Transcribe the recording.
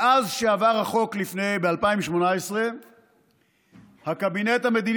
מאז שעבר החוק ב-2018 הקבינט המדיני